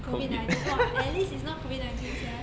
COVID nineteen !wah! at least it's not COVID nineteen sia